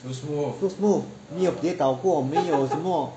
too smooth 没有跌倒过没有什么